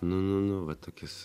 nu nu nu va tokis